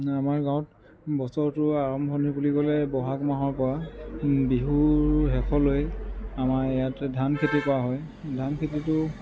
আমাৰ গাঁৱত বছৰটোৰ আৰম্ভণি বুলি ক'লে বহাগ মাহৰ পৰা বিহুৰ শেষলৈ আমাৰ ইয়াতে ধান খেতি কৰা হয় ধান খেতিটো